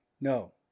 No